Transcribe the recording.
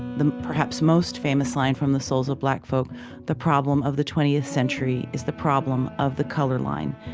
the perhaps most famous line from the souls of black folk the problem of the twentieth century is the problem of the color line.